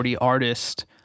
artists